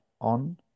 on